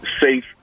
safe